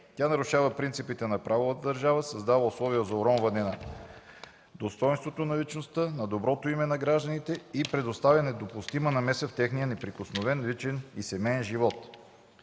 Тя нарушава принципите на правовата държава, създава условия за уронване на достойнството на личността, на доброто име на гражданите и представлява недопустима намеса в техния неприкосновен личен и семеен живот: